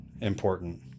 important